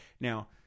Now